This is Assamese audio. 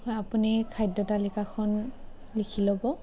হয় আপুনি খাদ্য তালিকাখন লিখি ল'ব